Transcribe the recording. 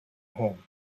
home